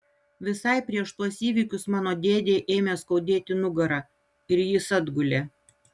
visai prieš tuos įvykius mano dėdei ėmė skaudėti nugarą ir jis atgulė